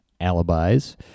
alibis